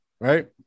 Right